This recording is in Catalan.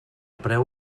preu